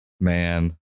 man